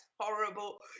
horrible